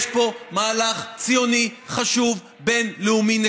יש פה מהלך ציוני חשוב, בין-לאומי.